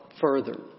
further